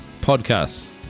podcasts